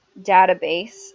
database